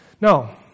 No